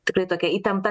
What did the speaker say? tikrai tokia įtempta